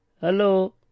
Hello